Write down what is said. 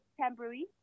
temporary